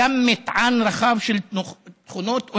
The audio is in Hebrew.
גם מטען רחב של תכונות אוניברסליות,